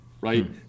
right